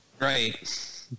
Right